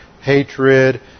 hatred